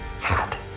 hat